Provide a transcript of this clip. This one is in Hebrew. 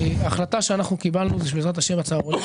ההחלטה שאנחנו קיבלנו זה שבעזרת השם הצהרונים